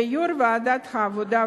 ויושב-ראש ועדת העבודה,